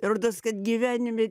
rodos kad gyvenime